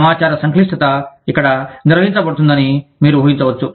సమాచార సంక్లిష్టత ఇక్కడ నిర్వహించబడుతుందని మీరు ఊహించవచ్చు